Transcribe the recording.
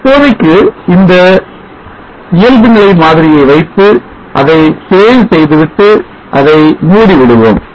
இப்போதைக்கு இந்த இயல்புநிலை மாதிரியை வைத்து அதை save செய்துவிட்டு அதை மூடிவிடுவோம்